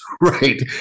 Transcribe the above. right